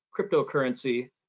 cryptocurrency